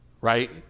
Right